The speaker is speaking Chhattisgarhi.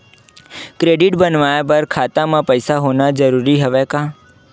क्रेडिट बनवाय बर खाता म पईसा होना जरूरी हवय का?